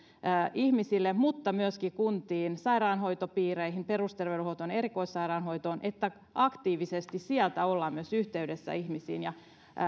ihmisille mutta myöskin kuntiin sairaanhoitopiireihin perusterveydenhuoltoon erikoissairaanhoitoon että aktiivisesti sieltä oltaisiin myös yhteydessä ihmisiin ja